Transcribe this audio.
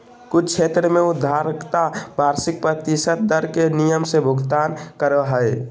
कुछ क्षेत्र में उधारकर्ता वार्षिक प्रतिशत दर के नियम से भुगतान करो हय